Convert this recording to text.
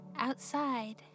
Outside